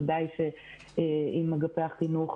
ודאי שעם אגפי החינוך.